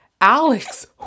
Alex